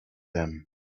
them